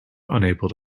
unable